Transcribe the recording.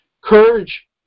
courage